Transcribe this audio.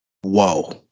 Whoa